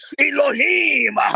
Elohim